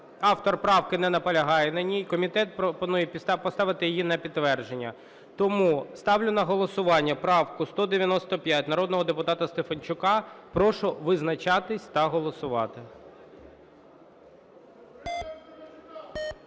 автор правки не наполягає на ній. Комітет пропонує поставити її на підтвердження. Тому ставлю на голосування правку 195 народного депутата Стефанчука. Прошу визначатись та голосувати.